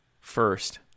first